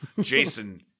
Jason